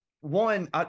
one